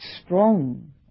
strong